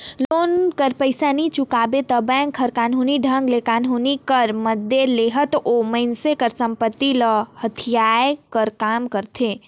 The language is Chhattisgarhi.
लोन कर पइसा नी चुकाबे ता बेंक हर कानूनी ढंग ले कानून कर मदेत लेहत ओ मइनसे कर संपत्ति ल हथियाए कर काम करथे